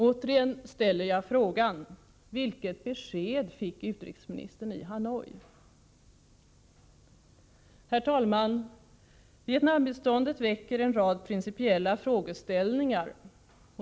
Återigen ställer jag frågan: Vilket besked fick utrikesministern i Hanoi? Herr talman! Vietnambiståndet väcker en rad principiella frågor.